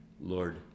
Lord